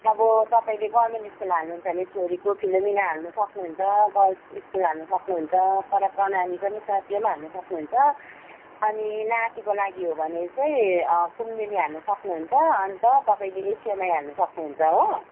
अब तपाईँले government school हाल्नुहुन्छ भने छोरीको फिलोमिना हाल्नु सक्नुहुन्छ गर्ल्स स्कुल हाल्नु सक्नुहुन्छ पर प्रणामी पनि छ त्यो पनि हाल्नु सक्नुहुन्छ अनि नातिको लागि हो भने चाहिँ कुमदिनी हाल्नु सक्नुहुन्छ अन्त तपाईँले एसयुएमआई हाल्नु सक्नुहुन्छ हो